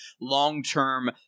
long-term